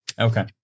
Okay